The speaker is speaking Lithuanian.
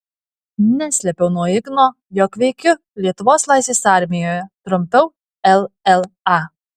neslėpiau nuo igno jog veikiu lietuvos laisvės armijoje trumpiau lla